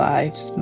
Lives